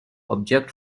object